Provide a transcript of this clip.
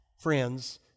friends